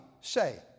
say